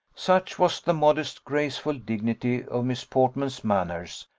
such was the modest, graceful dignity of miss portman's manners,